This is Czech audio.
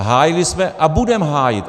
Hájili jsme a budeme hájit.